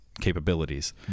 capabilities